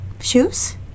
Shoes